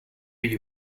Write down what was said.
you